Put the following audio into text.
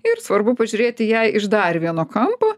ir svarbu pažiūrėti į ją iš dar vieno kampo